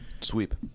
Sweep